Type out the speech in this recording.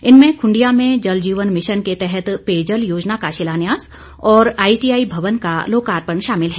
इनमें खुंडिया में जल जीवन मिशन के तहत पेयजल योजना का शिलान्यास और आईटीआई भवन का लोकार्पण शामिल है